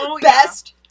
Best